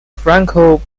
franco